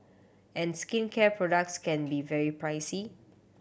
and skincare products can be very pricey